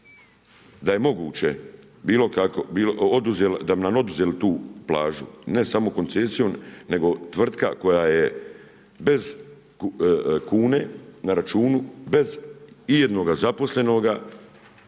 kako, da bi nam oduzeli tu plažu, ne samo koncesijom nego tvrtka koja je bez kune, na računu, bez ijednoga zaposlenoga,